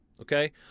Okay